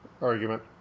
argument